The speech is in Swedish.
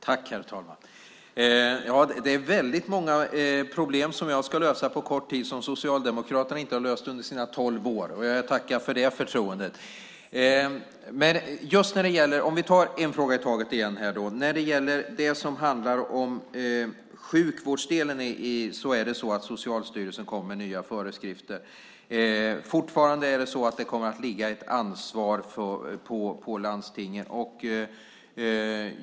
Herr talman! Det är väldigt många problem som jag ska lösa på kort tid som Socialdemokraterna inte har löst under sina tolv år. Jag tackar för det förtroendet. Låt oss ta en fråga i taget igen. När det gäller sjukvårdsdelen kommer Socialstyrelsen med nya föreskrifter. Fortfarande kommer det att ligga ett ansvar på landstingen.